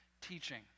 teaching